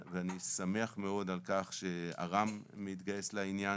ואני שמח מאוד על כך שאר"מ מתגייס לעניין,